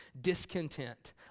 discontent